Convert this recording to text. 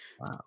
Wow